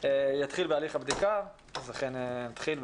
יתחיל בהליך הבדיקה, והוא אכן התחיל.